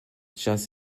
just